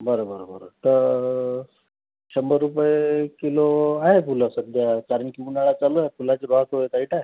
बरं बरं बरं तर शंभर रुपये किलो आहे फुलं सध्या कारण की उन्हाळा चालू आहे फुलाचे भाव थोडे टाईट आहे